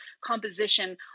composition